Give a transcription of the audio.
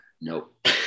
Nope